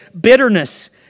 Bitterness